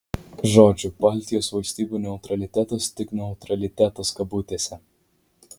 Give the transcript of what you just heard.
žodžiu baltijos valstybių neutralitetas tik neutralitetas kabutėse